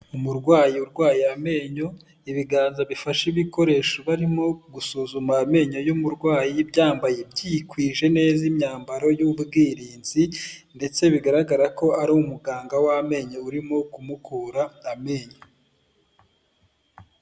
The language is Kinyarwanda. Umurwayi urwaye amenyo ibiganza bifasha ibikoresho barimo gusuzuma amenyo y'umurwayi byambaye byikwije neza imyambaro y'ubwirinzi ndetse bigaragara ko ari umuganga w'amenyo urimo kumukura amenyo .